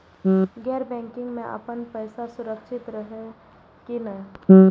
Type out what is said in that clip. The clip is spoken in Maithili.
गैर बैकिंग में अपन पैसा सुरक्षित रहैत कि नहिं?